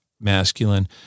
masculine